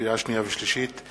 לקריאה שנייה ולקריאה שלישית: